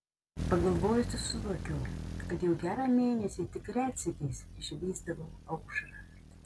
pagalvojusi suvokiau kad jau gerą mėnesį tik retsykiais išvysdavau aušrą